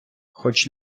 хоч